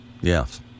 Yes